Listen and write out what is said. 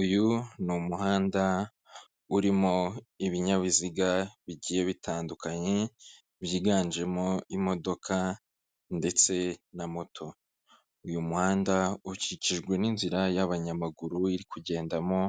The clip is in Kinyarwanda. Uyu ni umuhanda urimo ibinyabiziga bigiye bitandukanye byiganjemo imodoka ndetse na moto, uyu muhanda ukikijwe n'inzira y'abanyamaguru iri kugendamo